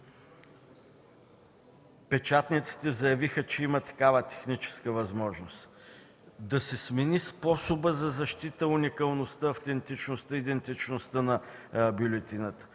печатниците заявиха, че има такава техническа възможност, да се смени способът за защита на уникалността, автентичността и идентичността на бюлетината.